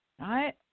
Right